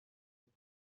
خورد